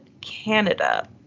Canada